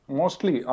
mostly